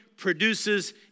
produces